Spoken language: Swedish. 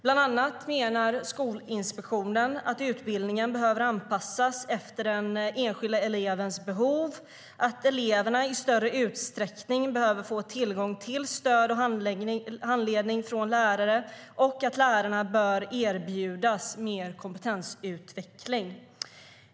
Bland annat menar Skolinspektionen att utbildningen behöver anpassas efter den enskilda elevens behov, att eleverna i större utsträckning behöver få tillgång till stöd och handledning från lärare och att lärarna bör erbjudas mer kompetensutveckling.